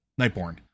Nightborn